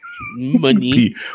Money